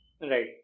Right